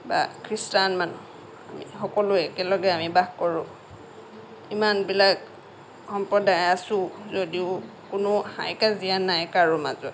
বা খ্ৰীষ্টান মানুহ আমি সকলোৱে একেলগে আমি বাস কৰোঁ ইমানবিলাক সম্প্ৰদায় আছোঁ যদিও কোনো হাই কাজিয়া নাই কাৰো মাজত